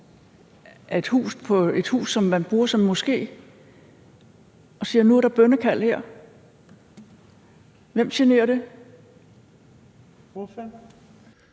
et hus, som man bruger som moske, og siger: Nu er der bønnekald her? Hvem generer det? Kl.